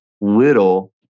little